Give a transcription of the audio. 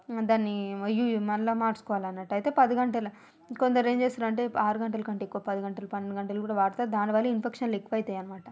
దాన్నీ యూ మరలా మార్చుకోవాలనేట్టయితే పది గంటలే కొందరేంజేస్తరంటే ఆరు గంటల కంటే ఎక్కువ పది గంటలు పన్నెండు గంటలు గూడా వాడతారు దానివల్ల ఇన్ఫెక్షన్లు ఎక్కువయితాయనమాట